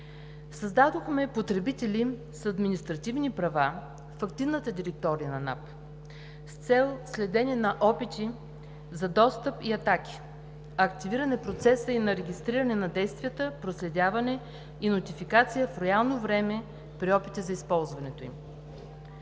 Създадохме потребители с административни права в активната директория на НАП с цел следене на опити за достъп и атаки; активиран е и процесът на регистриране на действията, проследяване и нотификация в реално време при опити за използването им.